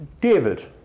David